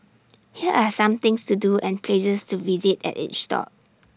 here are some things to do and places to visit at each stop